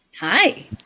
Hi